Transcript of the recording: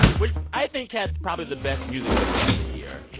which i think had probably the best music video of the year.